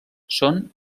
són